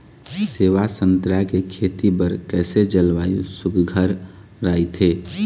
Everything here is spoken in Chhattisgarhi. सेवा संतरा के खेती बर कइसे जलवायु सुघ्घर राईथे?